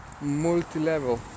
multi-level